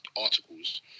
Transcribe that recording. articles